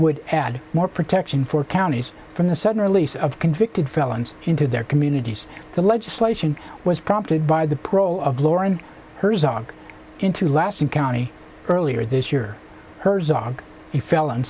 would add more protection for counties from the sudden release of convicted felons into their communities the legislation was prompted by the pro of lauren herzog into lasting county earlier this year herzog a fel